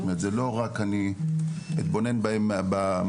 זאת אומרת זה לא רק אני אתבונן בהם במחשב,